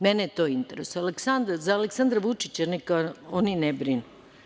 Mene to interesuje, a za Aleksandra Vučića neka ne brinu.